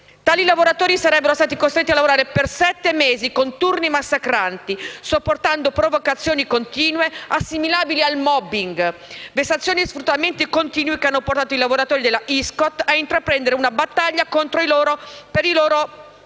Tali lavoratori sarebbero stati costretti a lavorare per sette mesi con turni massacranti, sopportando provocazioni continue assimilabili al *mobbing*. Vessazioni e sfruttamento continui hanno portato i lavoratori della Iscot a intraprendere una battaglia per i loro diritti.